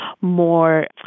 more